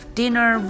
dinner